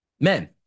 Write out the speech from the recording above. Men